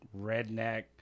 Redneck